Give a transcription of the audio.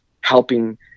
helping